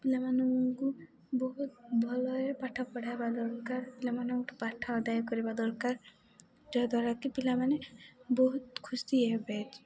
ପିଲାମାନଙ୍କୁ ବହୁତ ଭଲରେ ପାଠ ପଢ଼ାଇବା ଦରକାର ପିଲାମାନଙ୍କୁ ପାଠ ଆଦାୟ କରିବା ଦରକାର ଯାହାଦ୍ୱାରା କି ପିଲାମାନେ ବହୁତ ଖୁସି ହେବେ